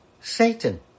Satan